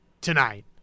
tonight